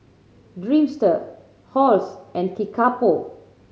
Dreamster Halls and Kickapoo